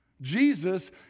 Jesus